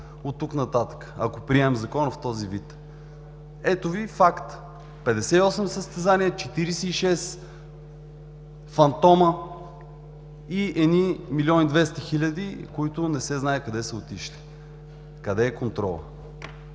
оттук нататък, ако приемем Закона в този вид? Ето Ви факт: 58 състезания, 46 фантоми и 1 милион и 200 хиляди, които не се знае къде са отишли! Къде е контролът?